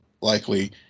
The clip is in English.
likely